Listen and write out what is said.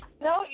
No